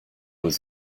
was